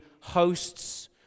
hosts